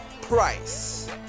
Price